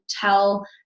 tell